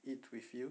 it with you